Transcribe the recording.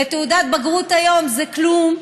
ותעודת בגרות היום זה כלום,